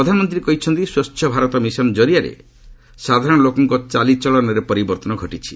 ପ୍ରଧାନମନ୍ତ୍ରୀ କହିଛନ୍ତି ସ୍ୱଚ୍ଛ ଭାରତ ମିଶନ ଜରିଆରେ ସାଧାରଣ ଲୋକଙ୍କ ଚାଲିଚଳନରେ ପରିବର୍ତ୍ତନ ଘଟିଛି